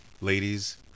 Ladies